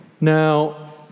Now